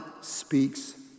speaks